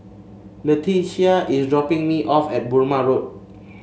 Letitia is dropping me off at Burmah Road